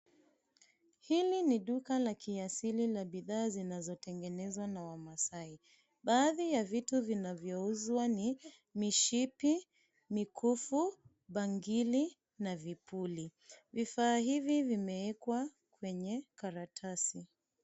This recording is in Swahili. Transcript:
Hili ni duka la kiasili la bidhaa zinazotengenezwa na wamasai. Baadhi ya vitu vinazouzwa ni mishipi, mikufu, bangili, na vipuli. Vifaa hivi vimeekwa kwenye karatasi.